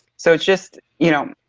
so it's just you know,